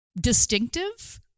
distinctive